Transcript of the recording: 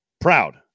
proud